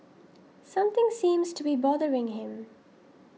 something seems to be bothering him